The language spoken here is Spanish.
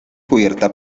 cubierta